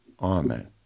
Amen